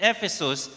Ephesus